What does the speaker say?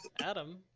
Adam